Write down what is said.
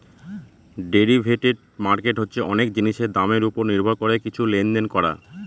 derivative market হচ্ছে অনেক জিনিসের দামের ওপর নির্ভর করে কিছু লেনদেন করা